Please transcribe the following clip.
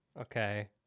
Okay